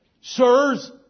Sirs